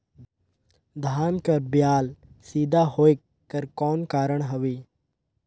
धान कर बायल सीधा होयक कर कौन कारण हवे?